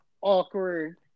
awkward